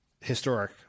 historic